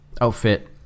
outfit